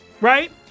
right